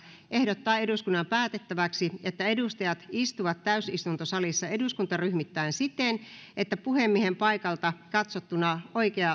ehdottaa eduskunnan päätettäväksi että edustajat istuvat täysistuntosalissa eduskuntaryhmittäin siten että puhemiehen paikalta katsottuna